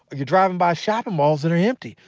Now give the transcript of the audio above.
you're driving by shopping malls that are empty,